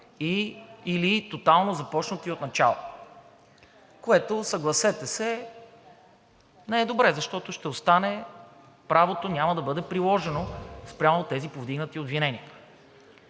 и/или тотално започнати отначало, което, съгласете се, не е добре, защото ще остане – правото няма да бъде приложено спрямо тези повдигнати обвинения.